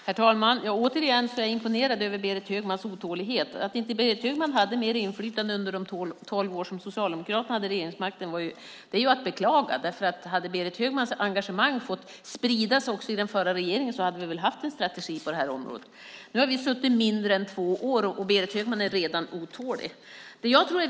Herr talman! Jag är återigen imponerad över Berit Högmans otålighet. Att inte Berit Högman hade mer inflytande under de tolv år då Socialdemokraterna hade regeringsmakten är att beklaga. Hade Berit Högmans engagemang fått sprida sig i den förra regeringen hade vi haft en strategi på det här området. Nu har vi suttit i makten i mindre än två år, och Berit Högman är redan otålig.